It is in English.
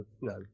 No